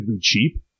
cheap